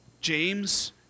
James